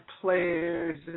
players